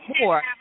more